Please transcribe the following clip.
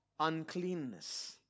uncleanness